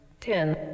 ten